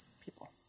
people